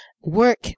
work